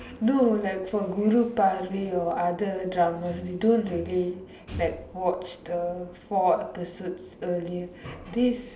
no like for Kuru Paarvai or other dramas they don't really like watch the four episodes earlier this